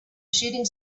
shooting